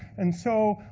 and so,